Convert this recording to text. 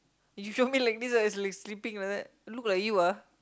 you show me like this like like sleeping like that look like you ah